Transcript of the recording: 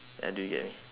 uh do you get me